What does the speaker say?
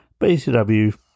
BCW